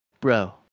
bro